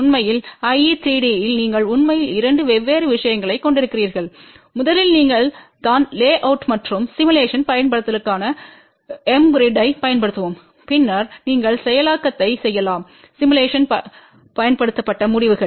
உண்மையில் IE3D இல் நீங்கள் உண்மையில் இரண்டு வெவ்வேறு விஷயங்களைக் கொண்டிருக்கிறீர்கள் முதலில் நீங்கள் தான் லேஅவுட் மற்றும் சிமுலேஷன் படுத்துதலுக்கான எம்கிரிட் ஐப் பயன்படுத்தவும்பின்னர் நீங்கள் செயலாக்கத்தை செய்யலாம் சிமுலேஷன் படுத்தப்பட்ட முடிவுகள்